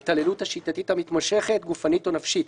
ההתעללות השיטתית המתמשכת גופנית או נפשית,